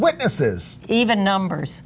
witnesses even numbers